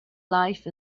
life